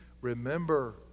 remember